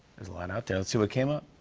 there's a lot out there. let's see what came up.